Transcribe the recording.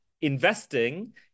investing